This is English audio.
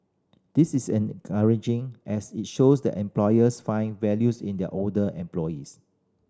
this is encouraging as it shows that employers find values in their older employees